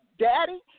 Daddy